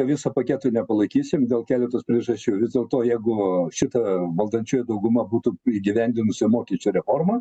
viso paketo nepalaikysim dėl keleto priežasčių vis dėlto jeigu šita valdančioji dauguma būtų įgyvendinusi mokesčių reformą